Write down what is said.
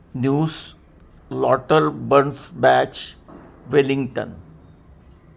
news lauter buns batch Wellington